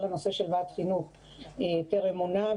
כל הנושא של ועדת חינוך טרם מונה.